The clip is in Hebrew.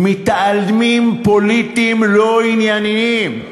מטעמים פוליטיים לא ענייניים,